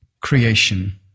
creation